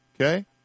Okay